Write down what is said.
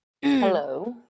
hello